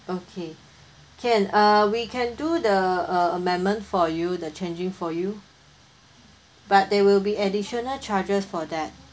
okay can uh we can do the amendment for you the changing for you but there will be additional charges for that